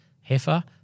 heifer